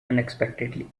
unexpectedly